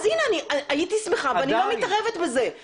אז הנה אני הייתי שמחה, ואני לא מתערבת בזה.